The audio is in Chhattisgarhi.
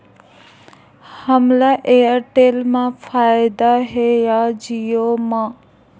हमला एयरटेल मा फ़ायदा हे या जिओ मा?